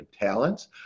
talents